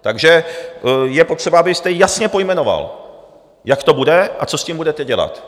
Takže je potřeba, abyste jasně pojmenoval, jak to bude a co s tím budete dělat.